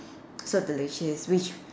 so delicious which